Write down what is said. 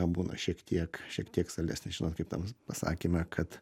būna šiek tiek šiek tiek saldesnis žinot kaip tam pasakyme kad